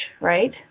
right